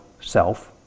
self